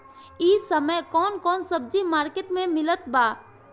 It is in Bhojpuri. इह समय कउन कउन सब्जी मर्केट में मिलत बा?